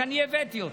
שאני הבאתי אותו,